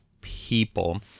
people